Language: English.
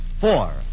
Four